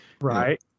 right